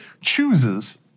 chooses